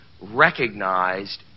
recognized